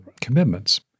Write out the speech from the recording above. commitments